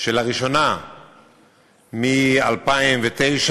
שלראשונה מ-2009